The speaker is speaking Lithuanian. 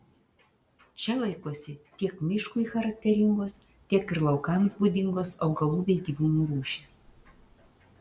čia laikosi tiek miškui charakteringos tiek ir laukams būdingos augalų bei gyvūnų rūšys